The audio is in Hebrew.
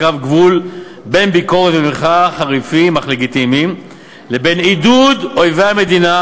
קו גבול בין ביקורת ומחאה חריפות אך לגיטימיות לבין עידוד אויבי המדינה,